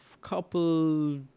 couple